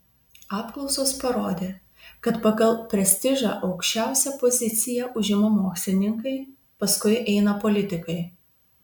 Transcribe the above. apklausos parodė kad pagal prestižą aukščiausią poziciją užima mokslininkai paskui eina politikai